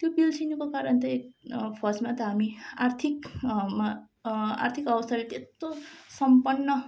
त्यो पिल्सिनुको कारण त एक फर्स्टमा त हामी आर्थिक मा आर्थिक अवस्थाले त्यत्रो सम्पन्न